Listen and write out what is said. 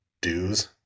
dues